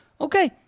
Okay